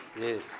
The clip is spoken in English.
yes